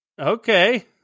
Okay